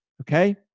Okay